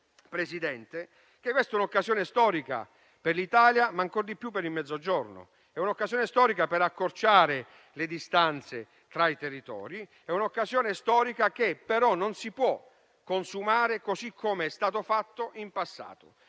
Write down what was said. comprendere che questa è un'occasione storica per l'Italia, ma ancor di più per il Mezzogiorno. È un'occasione storica per accorciare le distanze tra i territori, che non si può consumare come è stato fatto in passato.